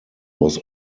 was